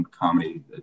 comedy